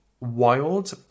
wild